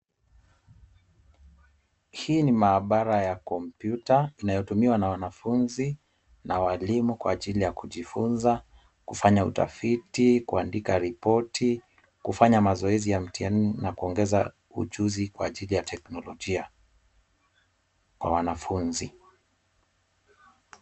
Hii ni maabara ya kompyuta, inayotumiwa na wanafunzi na walimu kwa ajili ya kujifunza, kufanya utafiti, kuandika ripoti, kufanya mazoezi ya mtihani na kuongeza ujuzi kwa ajili ya teknolojia kwa wanafunzi.